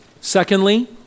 Secondly